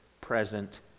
present